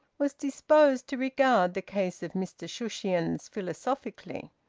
was disposed to regard the case of mr shushions philosophically.